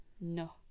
No